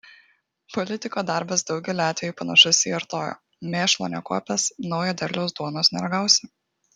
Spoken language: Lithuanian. politiko darbas daugeliu atvejų panašus į artojo mėšlo nekuopęs naujo derliaus duonos neragausi